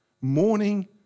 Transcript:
morning